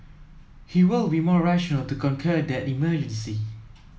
he will be more rational to conquer that emergency